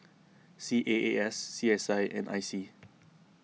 C A A S C S I and I C